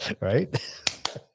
Right